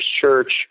church